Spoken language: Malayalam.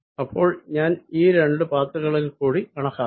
അപ്പോൾ ഞാൻ ഈ രണ്ടു പാത്ത് കളിൽ കണക്കാക്കി